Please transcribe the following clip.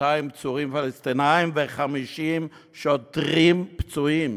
200 פצועים פלסטינים ו-50 שוטרים פצועים.